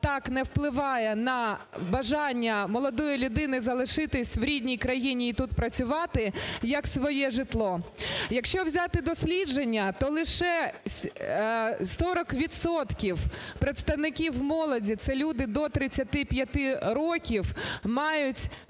так не впливає на бажання молодої людини залишитись в рідній країні і тут працювати, як своє житло. Якщо взяти дослідження, то лише 40 відсотків представників молоді, це люди до 35 років, мають своє